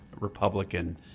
Republican